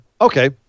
Okay